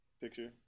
picture